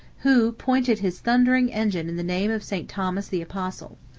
who pointed his thundering engine in the name of st. thomas the apostle.